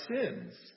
sins